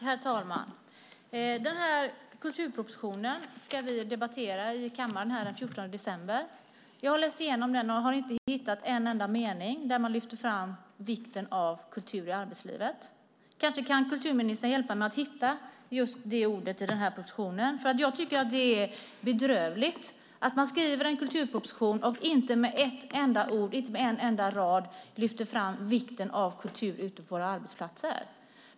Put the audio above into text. Herr talman! Kulturpropositionen ska vi debattera i kammaren den 14 december. Jag har läst igenom den och inte hittat en enda mening där man lyfter fram vikten av Kultur i arbetslivet. Kanske kan kulturministern hjälpa mig att hitta just de orden i propositionen. Jag tycker nämligen att det är bedrövligt att man skriver en kulturproposition och inte med ett enda ord eller en enda rad lyfter fram vikten av kultur ute på våra arbetsplatser.